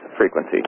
frequency